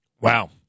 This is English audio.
Wow